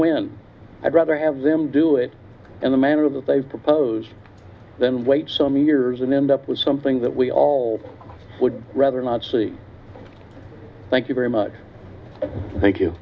when i'd rather have them do it in the manner that they've proposed than wait so many years and end up with something that we all would rather not see thank you very much thank you